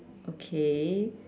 okay